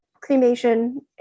cremation